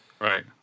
Right